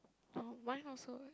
mm mine also